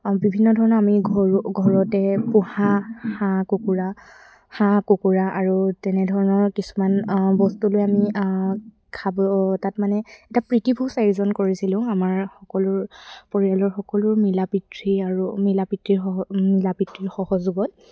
বিভিন্ন ধৰণৰ আমি ঘৰু ঘৰতে পোহা হাঁহ কুকুৰা হাঁহ কুকুৰা আৰু তেনেধৰণৰ কিছুমান বস্তু লৈ আমি খাব তাত মানে এটা প্ৰীতিভোজ আয়োজন কৰিছিলোঁ আমাৰ সকলো পৰিয়ালৰ সকলো মিলা প্ৰীতি আৰু মিলা প্ৰীতিৰ সহ মিলা প্ৰীতিৰ সহযোগত